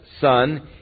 son